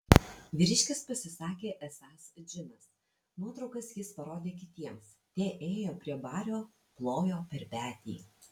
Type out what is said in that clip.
vyriškis pasisakė esąs džinas nuotraukas jis parodė kitiems tie ėjo prie bario plojo per petį